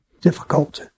difficult